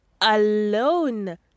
alone